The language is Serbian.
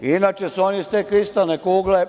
Inače su oni iz te kristalne kugle.